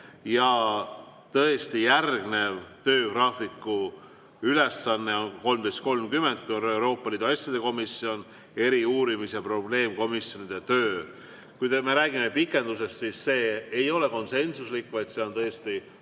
Ja tõesti, järgnev töögraafiku ülesanne on 13.30, kui on Euroopa Liidu asjade komisjoni, eri-, uurimis- ja probleemkomisjonide töö. Kui me räägime [istungi] pikendamisest, siis see ei ole konsensuslik, vaid see on tõesti